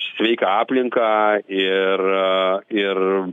sveiką aplinką ir ir